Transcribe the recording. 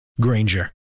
Granger